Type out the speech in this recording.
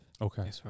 Okay